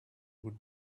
would